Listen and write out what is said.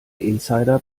insider